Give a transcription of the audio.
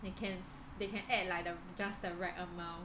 yeah they can they can add like the just the right amount ya lor